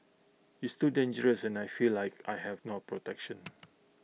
it's too dangerous and I feel like I have no protection